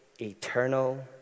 eternal